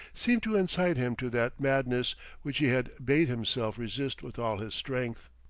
seemed to incite him to that madness which he had bade himself resist with all his strength.